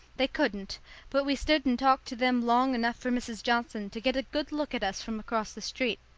they couldn't but we stood and talked to them long enough for mrs. johnson to get a good look at us from across the street,